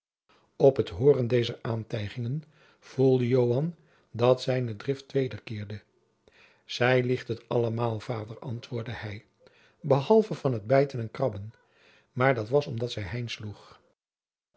op het hooren dezer aantijgingen voelde joan dat zijne drift wederkeerde zij liegt het allemaal vader antwoordde hij behalve van het bijten en krabben maar dat was omdat zij